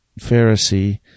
Pharisee